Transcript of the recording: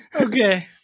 Okay